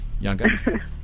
Younger